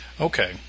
Okay